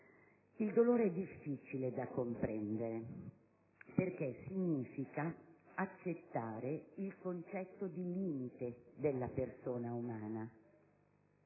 Il dolore è difficile da comprendere, perché significa accettare il concetto di limite della persona umana.